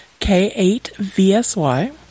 K8VSY